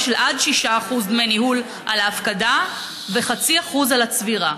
של עד 6% על ההפקדה ו-0.5% על הצבירה.